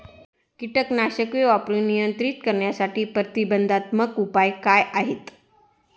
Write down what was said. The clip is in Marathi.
कीटकनाशके वापरून नियंत्रित करण्यासाठी प्रतिबंधात्मक उपाय काय आहेत?